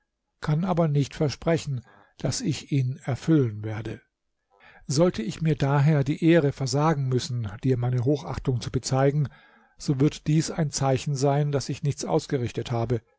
kann aber nicht versprechen daß ich ihn erfüllen werde sollte ich mir daher die ehre versagen müssen dir meine hochachtung zu bezeigen so wird dies ein zeichen sein daß ich nichts ausgerichtet habe